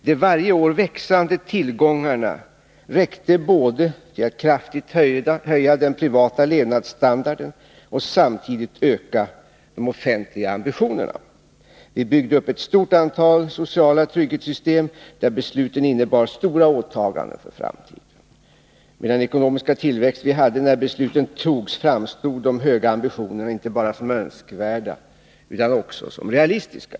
De varje år växande tillgångarna räckte både till att kraftigt höja den privata levnadsstandarden och till att samtidigt öka de offentliga ambitionerna. Vi byggde upp ett stort antal sociala trygghetssystem, där besluten innebar stora åtaganden för framtiden. Men den ekonomiska tillväxt vi hade när besluten togs framstod de höga ambitionerna inte bara som önskvärda utan även som realistiska.